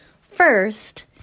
First